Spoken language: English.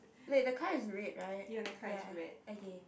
wait the car is red right ya okay